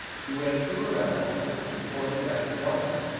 he went through a battle before the death of nelson.